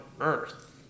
earth